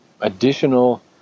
additional